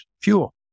fuel